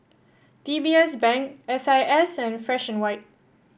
D B S Bank S I S and Fresh And White